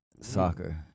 Soccer